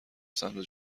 سمت